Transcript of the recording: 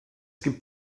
gibt